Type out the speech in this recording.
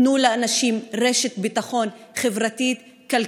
תנו לאנשים רשת ביטחון חברתית-כלכלית.